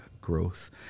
growth